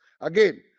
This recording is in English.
Again